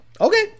Okay